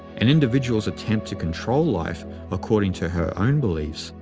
an individual's attempt to control life according to her own beliefs,